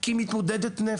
כי היא מתמודדת נפש.